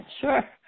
sure